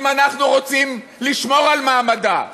אם אנחנו רוצים לשמור על מעמדה,